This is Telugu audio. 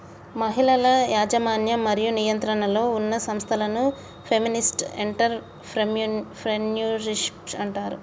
మహిళల యాజమాన్యం మరియు నియంత్రణలో ఉన్న సంస్థలను ఫెమినిస్ట్ ఎంటర్ ప్రెన్యూర్షిప్ అంటారు